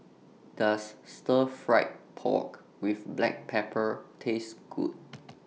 Does Stir Fried Pork with Black Pepper Taste Good